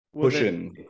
pushing